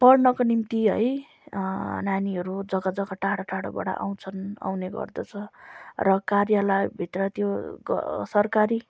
पढ्नको निम्ति है नानीहरू जग्गा जग्गा टाडो टाडोबाट आउँछन् आउने गर्दछ र कार्यालयभित्र र त्यो सरकारी